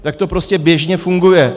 Tak to prostě běžně funguje.